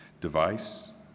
device